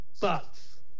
bucks